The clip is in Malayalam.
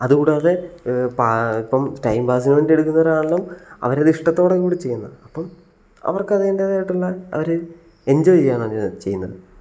അതുകൂടാതെ ഇപ്പം ടൈം പാസിന് വേണ്ടി എടുക്കുന്നവരാണെങ്കിലും അവരത് ഇഷ്ടത്തോടുകൂടിയാണ് ചെയ്യുന്നത് അപ്പം അവർക്ക് അതിൻ്റെ അവർ എൻജോയ് ചെയ്താണ് അവർ ചെയ്യുന്നത്